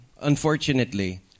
unfortunately